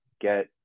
get